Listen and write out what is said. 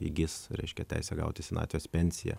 įgis reiškia teisę gauti senatvės pensiją